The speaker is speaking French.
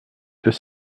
deux